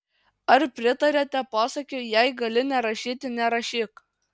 ar pritariate posakiui jei gali nerašyti nerašyk